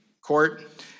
court